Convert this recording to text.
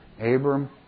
Abram